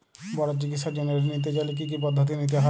বড় চিকিৎসার জন্য ঋণ নিতে চাইলে কী কী পদ্ধতি নিতে হয়?